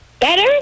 Better